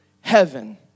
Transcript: heaven